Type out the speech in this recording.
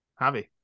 Javi